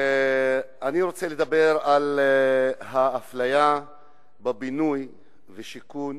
אני רוצה לדבר על האפליה בבינוי ושיכון